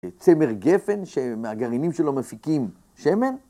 צמר גפן, שמהגרעינים שלו מפיקים שמן?